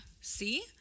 See